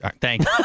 Thanks